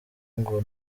ngo